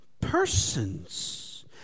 persons